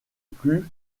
plus